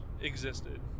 existed